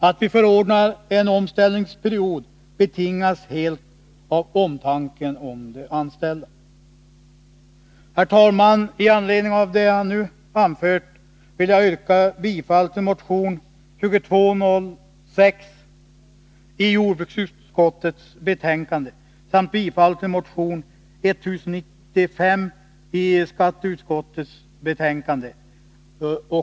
Att vi förordar en omställningsperiod betingas helt av omtanken om de anställda. Herr talman! I anledning av vad jag nu har anfört vill jag yrka bifall till motion 2206, som behandlas i jordbruksutskottets betänkande, samt till motion 1095, som behandlas i skatteutskottets betänkande.